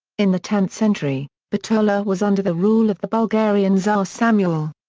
in the tenth century, bitola was under the rule of the bulgarian tsar samuil.